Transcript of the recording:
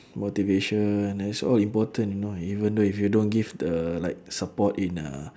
motivation that's all important you know even though if you don't give the like support in a